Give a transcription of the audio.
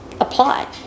apply